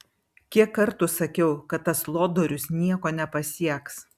kiek kartų sakiau kad tas lodorius nieko nepasieks